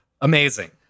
Amazing